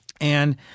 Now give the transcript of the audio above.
And-